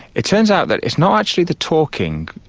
it turns out that it's not actually the talking,